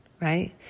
right